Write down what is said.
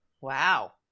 Wow